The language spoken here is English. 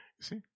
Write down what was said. See